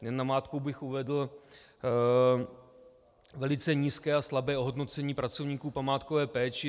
Jen namátkou bych uvedl velice nízké a slabé ohodnocení pracovníků památkové péče.